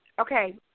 okay